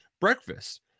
breakfast